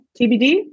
TBD